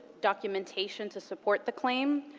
documentation to support the claim,